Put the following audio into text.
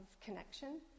connection